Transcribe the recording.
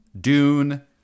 Dune